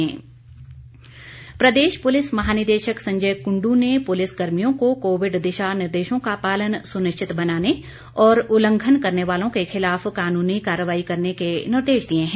निर्देश प्रदेश पुलिस महानिदेशक संजय कुंडू ने पुलिस कर्मियों को कोविड दिशा निर्देशों का पालन सुनिश्चित बनाने और उल्लंघन करने वालों के खिलाफ कानूनी कार्रवाई करने के निर्देश दिए हैं